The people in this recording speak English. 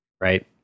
right